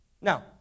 Now